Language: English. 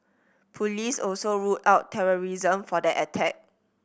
police also ruled out terrorism for that attack